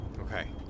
Okay